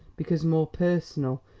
because more personal,